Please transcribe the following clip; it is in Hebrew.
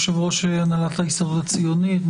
יושב-ראש הנהלת ההסתדרות הציונית.